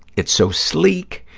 it's so sleek.